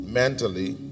mentally